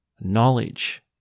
Knowledge